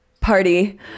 party